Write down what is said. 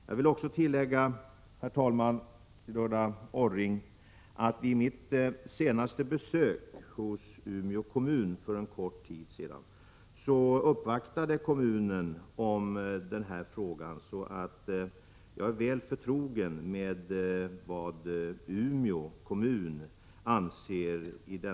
Jag kan tillägga att jag vid mitt senaste besök hos Umeå kommun för kort tid sedan uppvaktades av kommunen i denna fråga. Jag är därför väl förtrogen med vad Umeå kommun anser i den.